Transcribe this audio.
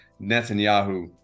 Netanyahu